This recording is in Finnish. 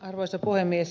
arvoisa puhemies